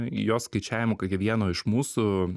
jos skaičiavimu kiekvieno iš mūsų